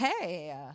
Hey